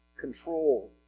control